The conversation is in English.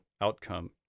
outcome